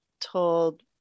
told